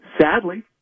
Sadly